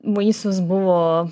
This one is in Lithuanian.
vaisius buvo